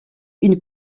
une